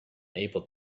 able